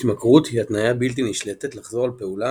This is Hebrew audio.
התמכרות היא התניה בלתי נשלטת לחזור על פעולה,